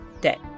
day